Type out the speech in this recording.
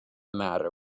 matter